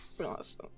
awesome